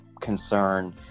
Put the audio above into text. concern